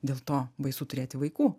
dėl to baisu turėti vaikų